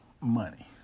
money